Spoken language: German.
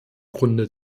grunde